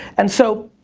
and, so,